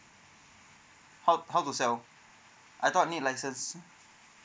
how how to sell I thought need license